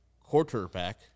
quarterback